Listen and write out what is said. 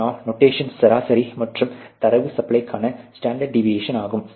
எனவே நொட்டேஷன்கள் சராசரி மற்றும் தரவு சாம்பிள்க்கான ஸ்டாண்டர்ட் டிவியேஷன் ஆகும்